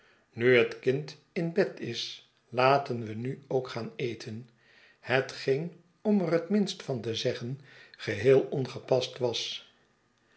nu het kind in bed is laten we nu ook gaan eten hetgeen om er het minst van te zeggen geheel ongepast was